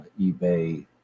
eBay